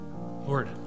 Lord